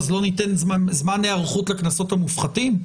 לא ניתן זמן היערכות לקנסות המופחתים?